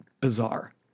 Bizarre